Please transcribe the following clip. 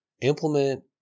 Implement